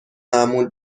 معمول